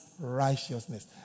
righteousness